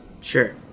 Sure